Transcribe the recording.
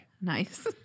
Nice